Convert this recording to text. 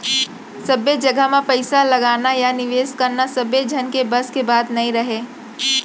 सब्बे जघा म पइसा लगाना या निवेस करना सबे झन के बस के बात नइ राहय